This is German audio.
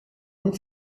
und